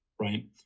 right